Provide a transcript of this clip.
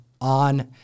on